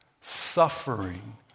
suffering